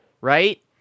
right